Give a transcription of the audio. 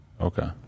Okay